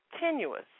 tenuous